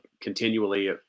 continually